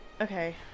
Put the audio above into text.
Okay